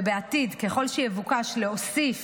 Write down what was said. ובעתיד, ככל שיבוקש להוסיף